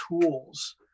tools